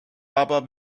aber